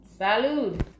Salud